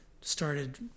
started